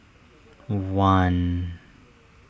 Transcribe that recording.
one